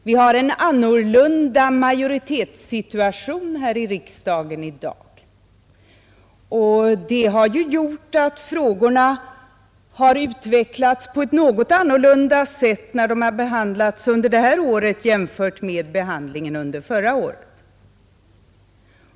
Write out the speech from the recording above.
Vi har en annorlunda majoritetssituation här i riksdagen i dag, och det har medfört att frågorna har utvecklats på ett något annorlunda sätt när de har behandlats under det här året jämfört med behandlingen under förra året.